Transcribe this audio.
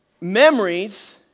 memories